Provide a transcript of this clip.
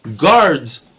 guards